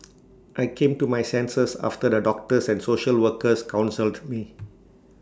I came to my senses after the doctors and social workers counselled me